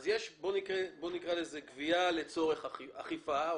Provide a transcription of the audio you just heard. יש את מה שנקרא לו גבייה לצורך אכיפה,